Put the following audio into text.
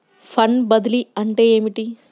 Fund బదిలీ అంటే ఏమిటి?